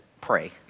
pray